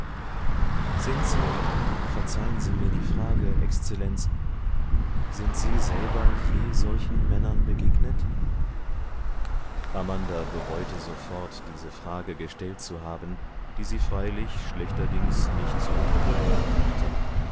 sind sie verzeihen sie mir die frage exzellenz sind sie selber je solchen männern begegnet amanda bereute sofort diese frage gestellt zu haben die sie freilich schlechterdings nicht zu unterdrücken vermochte